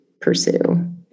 pursue